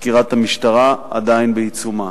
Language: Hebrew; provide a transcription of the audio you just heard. חקירת המשטרה עדיין בעיצומה.